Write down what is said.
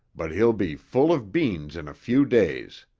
but he'll be full of beans in a few days.